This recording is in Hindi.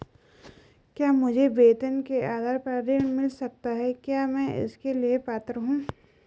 क्या मुझे वेतन के आधार पर ऋण मिल सकता है क्या मैं इसके लिए पात्र हूँ?